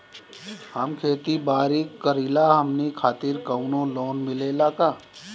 हम खेती बारी करिला हमनि खातिर कउनो लोन मिले ला का?